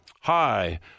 hi